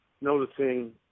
noticing